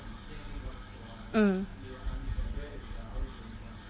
mm